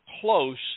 close